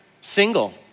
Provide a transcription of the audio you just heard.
single